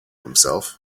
himself